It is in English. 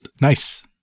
Nice